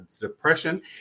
depression